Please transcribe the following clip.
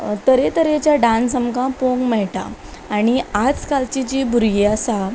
तर तरेतरेचे डांस आमकां पळोवंक मेळटा आनी आयज कालची जी भुरगीं आसा